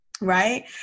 Right